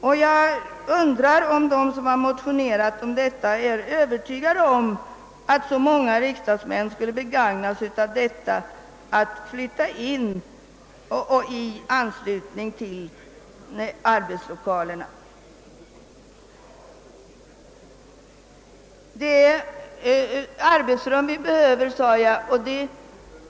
Och jag undrar om de som nu motionerat kan vara övertygade om att särskilt många riksdagsmän skulle begagna sig av möjligheten att flytta in i anslutning till arbetslokalerna. Det är arbetsrum vi behöver, sade jag.